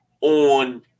on